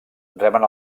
reben